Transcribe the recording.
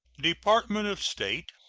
department of state,